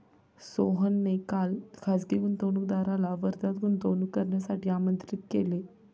सोहनने काल खासगी गुंतवणूकदाराला वर्ध्यात गुंतवणूक करण्यासाठी आमंत्रित केले